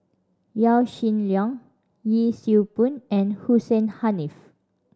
Yaw Shin Leong Yee Siew Pun and Hussein Haniff